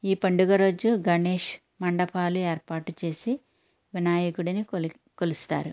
ఈ పండుగ రోజు గణేష్ మండపాలు ఏర్పాటు చేసి వినాయకుడిని కొలి కొలుస్తారు